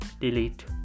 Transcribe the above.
delete